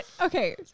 Okay